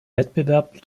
wettbewerb